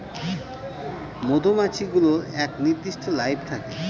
মধুমাছি গুলোর এক নির্দিষ্ট লাইফ থাকে